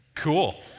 Cool